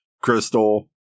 Crystal